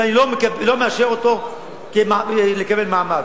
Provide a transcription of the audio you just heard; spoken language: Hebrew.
ואני לא מאשר אותו לקבל מעמד.